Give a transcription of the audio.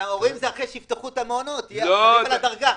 ההורים זה אחרי שיפתחו את המעונות יהיה דיון על הדרגה,